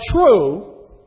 true